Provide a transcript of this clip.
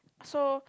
so